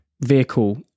vehicle